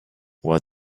what